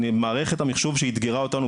מערכת המחשוב שאתגרה אותנו,